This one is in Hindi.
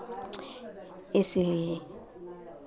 इसलिए